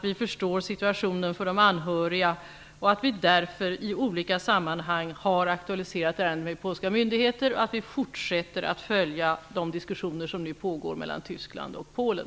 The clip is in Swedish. Vi förstår situationen för de anhöriga och vi har därför i olika sammanhang aktualiserat ärendet med polska myndigheter. Vi fortsätter att följa de diskussioner som nu pågår mellan Tyskland och Polen.